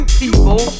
people